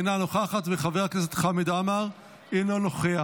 אינה נוכחת, חבר הכנסת חמד עמאר, אינו נוכח.